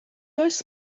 oes